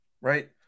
Right